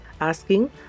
asking